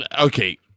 okay